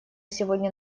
сегодня